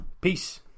Peace